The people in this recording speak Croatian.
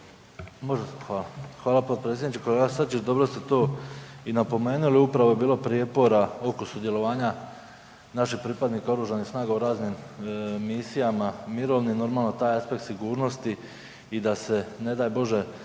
Ante (HDZ)** Hvala potpredsjedniče. Kolega Sučić dobro ste to i napomenuli, upravo je bilo prijepora oko sudjelovanja naših pripadnika oružanih snaga u raznim misijama mirovnim taj aspekt sigurnosti i da se ne da Bože